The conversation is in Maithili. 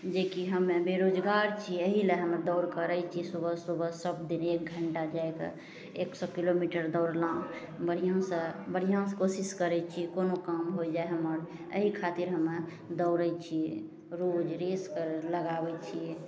जे कि हमे बेरोजगार छिए एहिले हमे दौड़ करै छी सुबह सुबह सबदिन एक घण्टा जाके एक सओ किलोमीटर दौड़लहुँ बढ़िआँसे बढ़िआँसे कोशिश करै छिए कोनो काम होइ जाए हमर एहि खातिर हमे दौड़े छिए रोज रेस लगाबै छिए